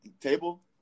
table